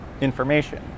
information